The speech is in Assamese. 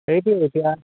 সেইটো এতিয়া